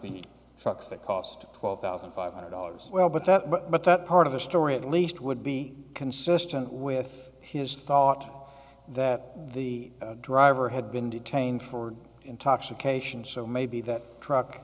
the stocks that cost twelve thousand five hundred dollars well but that but that part of the story at least would be consistent with his thought that the driver had been detained for intoxication so maybe that truck